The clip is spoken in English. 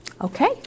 Okay